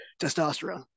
testosterone